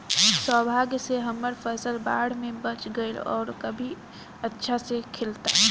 सौभाग्य से हमर फसल बाढ़ में बच गइल आउर अभी अच्छा से खिलता